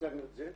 השגנו את זה,